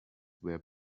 were